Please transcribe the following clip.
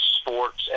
sports